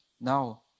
Now